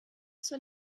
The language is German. zur